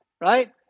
right